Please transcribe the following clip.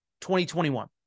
2021